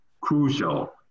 crucial